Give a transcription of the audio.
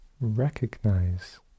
recognize